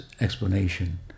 explanation